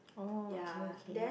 oh okay okay